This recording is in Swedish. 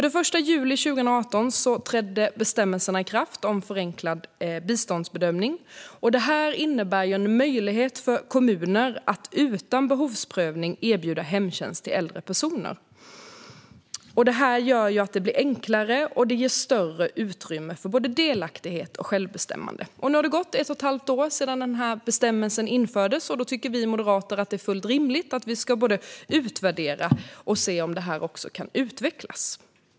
Den 1 juli 2018 trädde bestämmelsen om förenklad biståndsbedömning i kraft. Detta innebär en möjlighet för kommuner att utan behovsprövning erbjuda hemtjänst till äldre personer. Det gör att det blir enklare och ger större utrymme för både delaktighet och självbestämmande. Nu har det gått ett och ett halvt år sedan denna bestämmelse infördes. Då tycker vi moderater att det är fullt rimligt att vi ska utvärdera detta och också se om detta kan utvecklas.